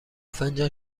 فنجان